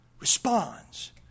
responds